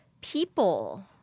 people